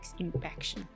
impaction